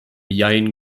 jein